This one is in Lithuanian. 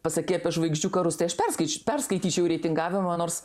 pasakei apie žvaigždžių karus tai aš perskaič perskaityčiau reitingavimą nors